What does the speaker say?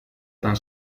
tan